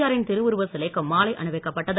ஆரின் திருவுருவ சிலைக்கும் மாலை அணிவிக்கப்பட்டது